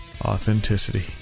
authenticity